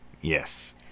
Yes